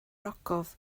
ogof